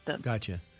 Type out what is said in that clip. Gotcha